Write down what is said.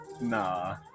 Nah